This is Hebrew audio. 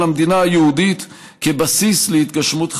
המדינה היהודית כבסיס להתגשמות חזונו.